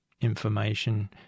information